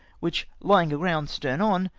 which, lying aground stern on,